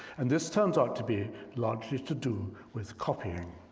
and this turns out to be largely to do with copying.